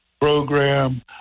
program